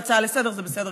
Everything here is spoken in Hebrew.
בסדר גמור,